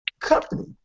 Company